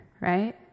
right